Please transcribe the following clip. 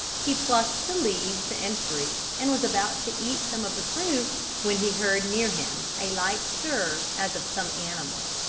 he plucked the leaves and fruit and was about to eat some of the fruit when he heard near him a light stir as of some animal.